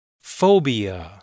Phobia